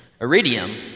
Iridium